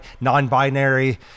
non-binary